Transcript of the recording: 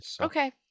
Okay